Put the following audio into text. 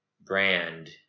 brand